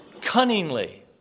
cunningly